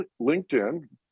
linkedin